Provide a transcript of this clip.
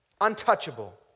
Untouchable